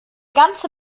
ganze